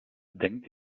denkt